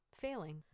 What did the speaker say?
failing